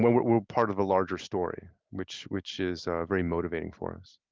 we're part of a larger story. which which is very motivating for us.